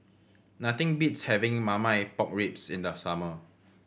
nothing beats having Marmite Pork Ribs in the summer